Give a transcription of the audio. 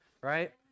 right